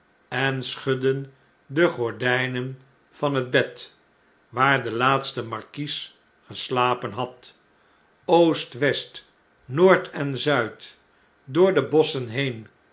en schudden de gordynen van het bed waar de laatste markies geslapen had oost west noord en zuid door de bosschen heen